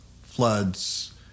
floods